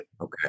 Okay